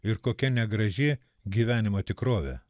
ir kokia negraži gyvenimo tikrovė